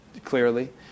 clearly